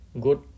good